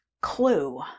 clue